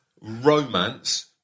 romance